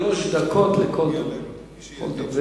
שלוש דקות לכל דובר.